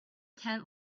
tent